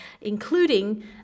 including